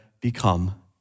become